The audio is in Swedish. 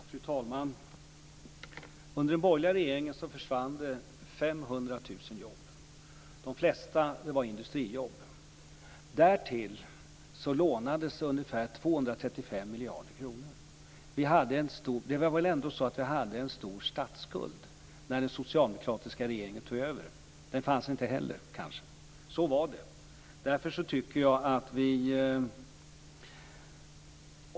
Fru talman! Under den borgerliga regeringen försvann 500 000 jobb. De flesta jobben var industrijobb. Därtill lånades ungefär 235 miljarder kronor. När den socialdemokratiska regeringen tog över fanns det en stor statsskuld.